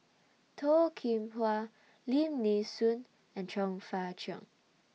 Toh Kim Hwa Lim Nee Soon and Chong Fah Cheong